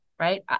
right